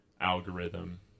algorithm